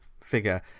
figure